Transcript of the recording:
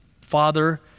father